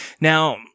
Now